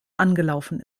angelaufen